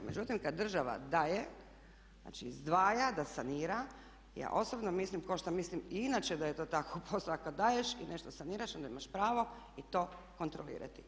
Međutim, kad država daje, znači izdvaja, da sanira ja osobno mislim kao što mislim i inače da je to tako kod poslova kad daješ i nešto saniraš onda imaš pravo i to kontrolirati.